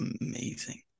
Amazing